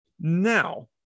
Now